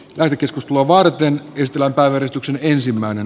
läänikeskustelua varten pistellä ahdistuksen ensimmäinen